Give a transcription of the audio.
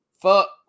fuck